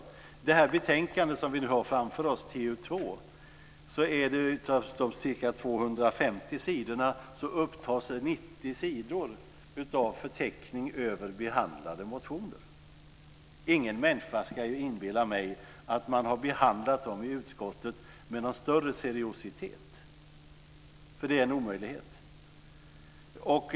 I det betänkande som vi har framför oss, TU2, upptas av de ca 250 sidorna 90 sidor av förteckning över behandlade motioner. Ingen människa ska inbilla mig att man har behandlat dem i utskottet med någon större seriositet, för det är en omöjlighet.